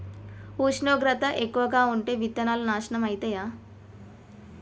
ఉష్ణోగ్రత ఎక్కువగా ఉంటే విత్తనాలు నాశనం ఐతయా?